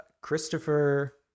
christopher